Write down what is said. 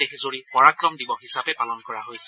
দেশজুৰি পৰাক্ৰম দিৱস হিচাপে পালন কৰা হৈছে